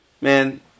man